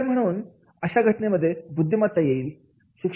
तर म्हणून अशा घटनेमध्ये बुद्धिमत्ता येईल